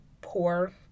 poor